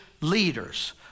leaders